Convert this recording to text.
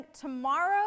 tomorrow